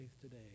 today